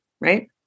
right